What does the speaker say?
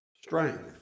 strength